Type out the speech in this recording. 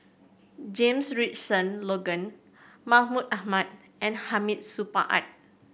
James Richardson Logan Mahmud Ahmad and Hamid Supaat